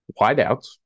wideouts